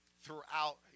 throughout